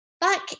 back